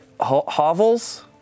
hovels